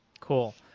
cool.